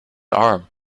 arm